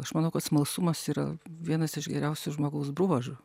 aš manau kad smalsumas yra vienas iš geriausių žmogaus bruožų